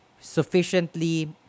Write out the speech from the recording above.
sufficiently